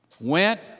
went